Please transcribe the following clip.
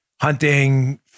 Hunting